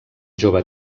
jove